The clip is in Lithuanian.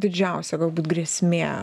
didžiausia galbūt grėsmė